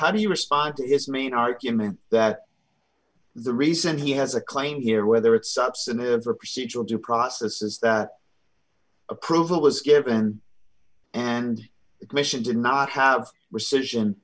how do you respond to his main argument that the reason he has a claim here whether it's substantive or procedural due process is that approval was given and the commission did not have rescission